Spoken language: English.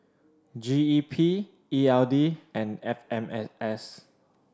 G E P E L D and F M S S